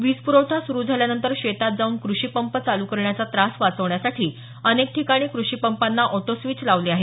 वीजप्रवठा सुरू झाल्यानंतर शेतात जाऊन कृषिपंप चालू करण्याचा त्रास वाचवण्यासाठी अनेक ठिकाणी क्रषिपंपांना आॅटोस्विच लावले आहेत